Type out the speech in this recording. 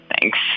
thanks